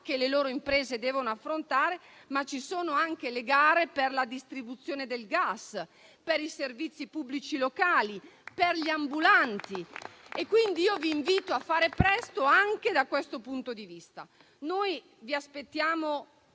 che le loro imprese devono affrontare, ma anche le gare per la distribuzione del gas, per i servizi pubblici locali e per gli ambulanti. Vi invito quindi a fare presto anche da questo punto di vista. Vi aspettiamo